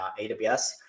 AWS